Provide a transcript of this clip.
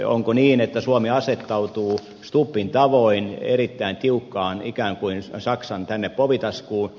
onko niin että suomi asettautuu stubbin tavoin erittäin tiukasti ikään kuin saksan povitaskuun